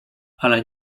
ale